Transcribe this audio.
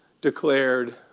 declared